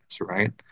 right